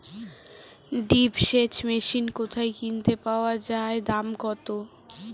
Drip সেচ machine কোথায় কিনতে পাওয়া যায় দাম কত?